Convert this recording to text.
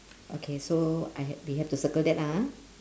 okay so I had we have to circle that ah